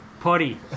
Potty